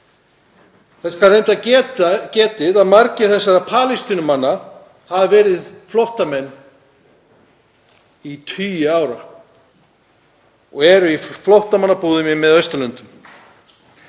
Þess skal reyndar getið að margir þessara Palestínumanna hafa verið flóttamenn í tugi ára og eru í flóttamannabúðum í Miðausturlöndum.